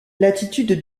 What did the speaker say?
l’attitude